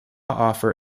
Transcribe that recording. offer